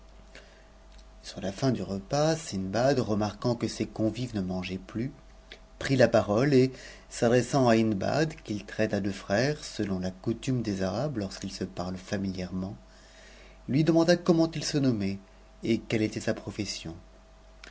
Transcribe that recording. sur la fin du repas sindbad remarquant que ses convives ne u a geaient plus prit la parole et s'adressant à hindbad qu'il traita de a m selon la coutume des arabes lorsqu'ils se parlent f mitiërement h demanda comment ii se nommait et quelle était sa profession